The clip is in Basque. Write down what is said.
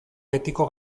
betiko